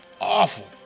awful